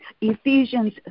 Ephesians